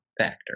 factor